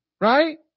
Right